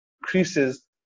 increases